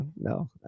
no